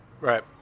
Right